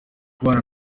kubana